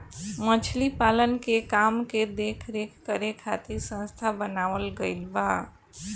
मछली पालन के काम के देख रेख करे खातिर संस्था बनावल गईल बा